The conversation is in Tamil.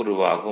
உருவாகும்